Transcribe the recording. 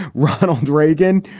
ronald reagan,